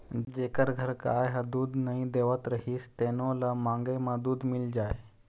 जेखर घर गाय ह दूद नइ देवत रहिस तेनो ल मांगे म दूद मिल जाए